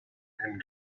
and